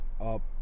up